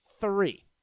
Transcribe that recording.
three